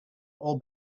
all